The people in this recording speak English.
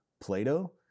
Plato